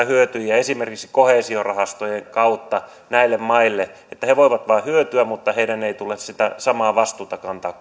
hyötyjä esimerkiksi koheesiorahastojen kautta näille maille niin että he voivat vain hyötyä mutta heidän ei tule samaa vastuuta kantaa